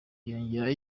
hiyongeraho